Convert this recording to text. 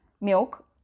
milk